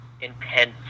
intense